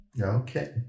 Okay